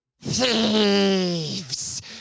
Thieves